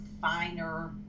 finer